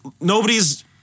nobody's